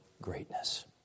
Greatness